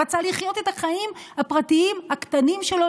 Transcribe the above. רצה לחיות את החיים הפרטיים הקטנים שלו,